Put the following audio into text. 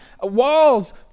Walls